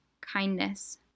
kindness